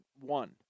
one